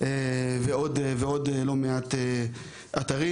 ועוד לא מעט אתרים.